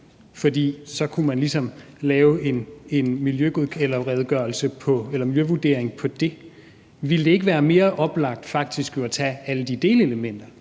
så ligesom kunne lave en miljøvurdering af det. Ville det ikke være mere oplagt faktisk at tage alle de delelementer,